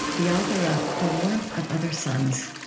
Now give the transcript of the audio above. the author of the warmth of other suns